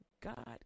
God